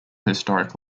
historic